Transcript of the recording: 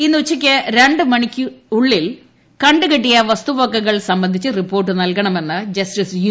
ഇന്ന് ഉച്ചയ്ക്ക് രണ്ട് മണിക്കുള്ളിൽ കണ്ടുകെട്ടിയ വസ്തുവകകൾ സംബന്ധിച്ച് റിപ്പോർട്ട് നൽകണമെന്ന് ജസ്റ്റിസ് യു